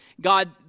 God